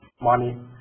money